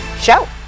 show